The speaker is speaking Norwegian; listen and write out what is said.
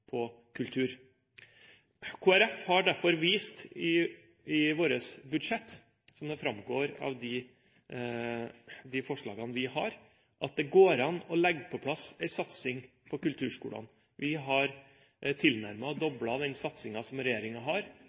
på kultur. Kristelig Folkeparti har derfor vist i sitt budsjett, som det framgår av de forslagene vi har, at det går an å legge på plass en satsing på kulturskolene. Vi har tilnærmet doblet den satsingen som regjeringen har